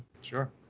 sure